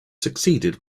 succeeded